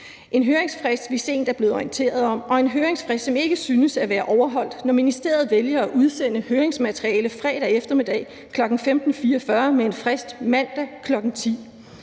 en høringsfrist, vi sent er blevet orienteret om, og en høringsfrist, som ikke synes at være overholdt, når ministeriet vælger at udsætte høringsmateriale fredag eftermiddag kl. 15.44 med en frist til mandag kl. 10.00.